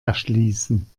erschließen